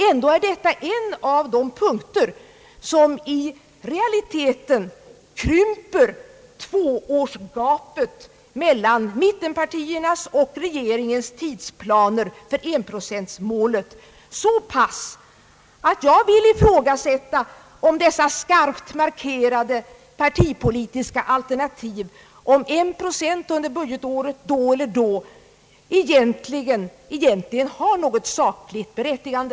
Ändå är detta en av de punkter, som i realiteten krymper tvåårsgapet mellan mittenpartiernas och regeringens tidsplaner för enprocentmålet så pass mycket, att jag vill ifrågasätta om dessa skarpt markerade partipolitiska alternativ om en procent under budgetåret då eller då egentligen har - något sakligt berättigande.